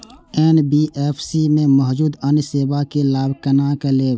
NBFC में मौजूद अन्य सेवा के लाभ केना लैब?